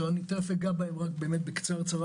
ותכף אגע בהן בקצרה,